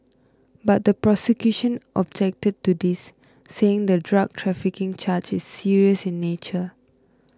but the prosecution objected to this saying the drug trafficking charge is serious in nature